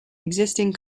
existing